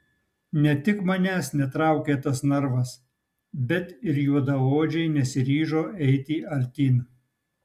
ne tik manęs netraukė tas narvas bet ir juodaodžiai nesiryžo eiti artyn